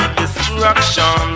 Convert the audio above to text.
destruction